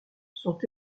sont